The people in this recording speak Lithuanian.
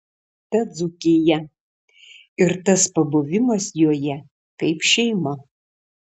ta dzūkija ir tas pabuvimas joje kaip šeima